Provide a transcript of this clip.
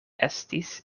estis